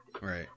right